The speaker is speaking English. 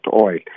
oil